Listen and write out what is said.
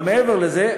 אבל מעבר לזה,